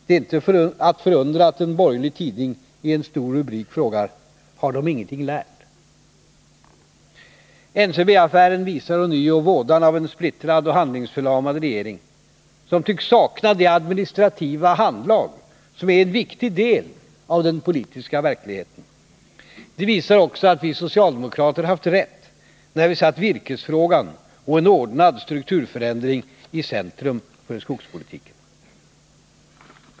Det är inte att undra på att en borgerlig tidning i en stor rubrik frågar: ”Har de ingenting lärt?” NCB-affären visar ånyo vådan av en splittrad och handlingsförlamad regering, som tycks sakna det administrativa handlag som är en viktig del av den politiska verkligheten. Det visar också att vi socialdemokrater haft rätt när vi satt virkesfrågan och en ordnad strukturförändring i centrum för skogspolitiken.